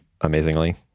amazingly